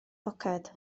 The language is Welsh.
poced